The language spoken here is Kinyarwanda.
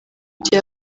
bya